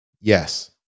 yes